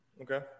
Okay